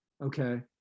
Okay